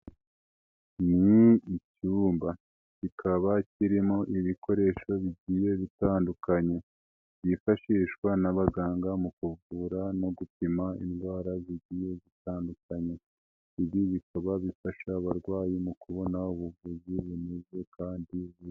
Ni icyumba. Kikaba kirimo ibikoresho bigiye bitandukanye, byifashishwa n'abaganga mu kuvura no gupima indwara zigiye zitandukanye. Ibi bikaba bifasha abarwayi mu kubona ubuvuzi bunoze kandi bu.